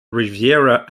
rivera